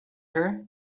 her